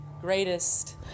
greatest